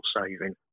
saving